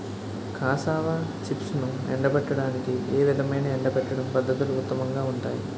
Cassava చిప్స్ను ఎండబెట్టడానికి ఏ విధమైన ఎండబెట్టడం పద్ధతులు ఉత్తమంగా ఉంటాయి?